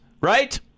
right